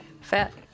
fat